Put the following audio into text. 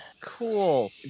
Cool